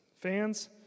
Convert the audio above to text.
fans